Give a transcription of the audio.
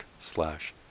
slash